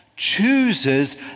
chooses